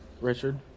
Richard